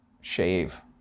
Shave